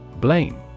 Blame